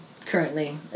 Currently